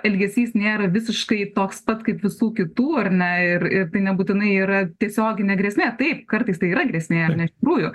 elgesys nėra visiškai toks pat kaip visų kitų ar ne ir ir tai nebūtinai yra tiesioginė grėsmė taip kartais tai yra grėsmė ar ne iš tikrųjų